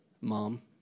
Mom